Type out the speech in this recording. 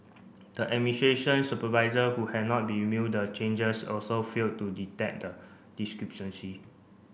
the administration supervisor who had not reviewed the changes also failed to detect the discrepancies